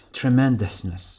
tremendousness